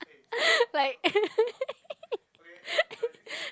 like